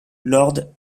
lord